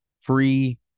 free